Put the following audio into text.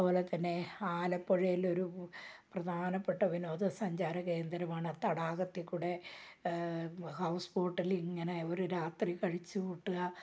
അതുപോലെ തന്നെ ആലപ്പുഴയിൽ ഒരു പ്രധാനപ്പെട്ട ഒരു വിനോദസഞ്ചാര കേന്ദ്രമാണ് തടാകത്തിലൂടെ ഹൗസ് ബോട്ടിലിങ്ങനെ ഒരു രാത്രി കഴിച്ചു കൂട്ടുക